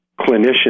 clinicians